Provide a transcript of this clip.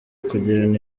kugirana